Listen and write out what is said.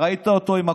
ראית אותו עם הכובעים,